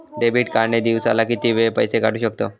Debit card ने दिवसाला किती वेळा पैसे काढू शकतव?